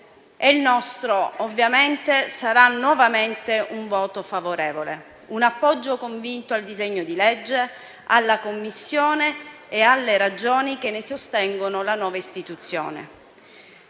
Il nostro sarà nuovamente un voto favorevole, con un appoggio convinto al disegno di legge, alla Commissione e alle ragioni che ne sostengono la nuova istituzione.